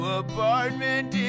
apartment